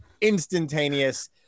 instantaneous